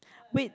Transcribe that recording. wait